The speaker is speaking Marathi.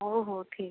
हो हो ठीक आहे